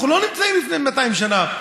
אנחנו לא נמצאים לפני 200 שנה.